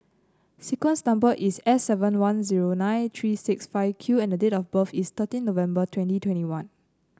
sequence's number is S seven one zero nine three six five Q and date of birth is thirteen November twenty twenty one